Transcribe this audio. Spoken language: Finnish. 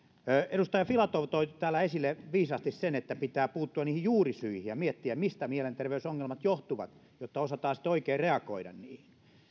edustaja filatov toi täällä esille viisaasti sen että pitää puuttua juurisyihin ja miettiä mistä mielenterveysongelmat johtuvat jotta osataan sitten oikein reagoida niihin